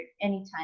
anytime